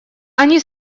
они